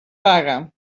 paga